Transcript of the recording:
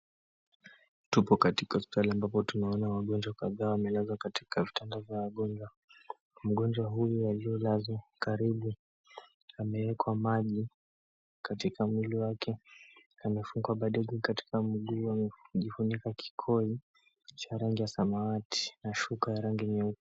Tuko katika hospitali ambapo tunaona wagonjwa kadhaa wamelazwa katika vitanda vya wagonjwa. Mgonjwa huyu aliyelazwa karibu amewekwa maji katika mwili wake, amefungwa bandeji katika mguu. Amejifunika kikoi cha rangi ya samawati, na shuka ya rangi nyeupe.